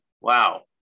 Wow